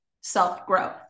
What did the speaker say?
self-growth